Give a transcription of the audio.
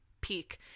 Peak